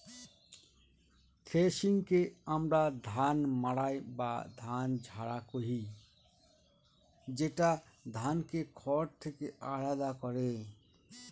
থ্রেশিংকে আমরা ধান মাড়াই বা ধান ঝাড়া কহি, যেটা ধানকে খড় থেকে আলাদা করে